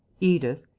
edith,